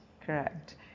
Correct